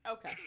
Okay